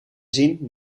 zien